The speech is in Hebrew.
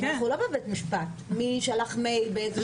אנחנו לא בבית משפט, מי שלח מייל באיזה שעה.